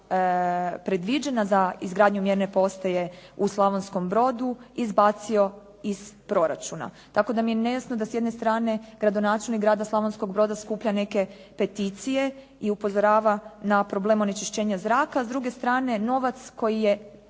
predviđena za izgradnju mjerne postaje u Slavonskom brodu izbacio iz proračuna. Tako da mi je nejasno da s jedne strane gradonačelnik grada Slavonskog broda skuplja neke peticije i upozorava na problem onečišćenja zraka a s druge strane novac koji je